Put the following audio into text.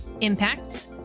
Impacts